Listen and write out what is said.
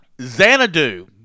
Xanadu